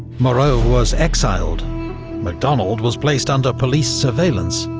moreau was exiled macdonald was placed under police surveillance,